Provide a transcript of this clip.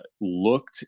Looked